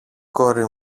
κόρη